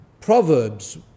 Proverbs